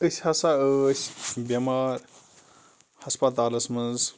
أسۍ ہسا ٲسۍ بٮ۪مار ہَسپَتالَس منٛز